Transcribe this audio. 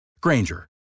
Granger